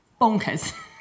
Bonkers